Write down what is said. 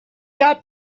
got